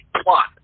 plot